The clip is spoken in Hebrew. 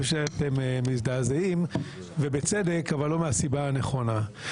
שאתם מזדעזעים ובצדק אבל לא מהסיבה הנכונה.